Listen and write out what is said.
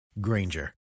Granger